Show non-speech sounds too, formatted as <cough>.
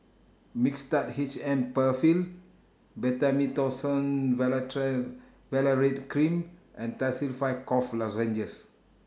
Mixtard H M PenFill Betamethasone <unintelligible> Valerate Cream and Tussils five Cough Lozenges